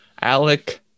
Alec